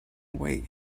await